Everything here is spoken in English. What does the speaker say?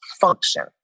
function